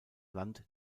land